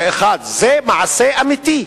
זה מעשה אמיתי.